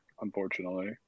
unfortunately